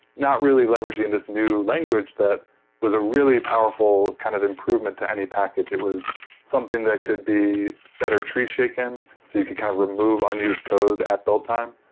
not really leveraging this new language that was a really powerful kind of improvement to any package. it was something that could be better tree-shaken so you could kind of remove unused code at build time.